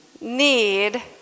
need